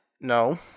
No